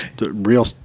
Real